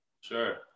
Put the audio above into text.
Sure